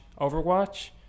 Overwatch